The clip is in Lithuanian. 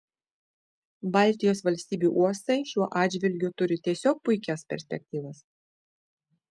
baltijos valstybių uostai šiuo atžvilgiu turi tiesiog puikias perspektyvas